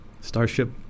Starship